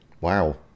Wow